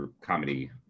comedy